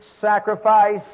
sacrifice